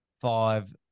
five